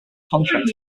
contract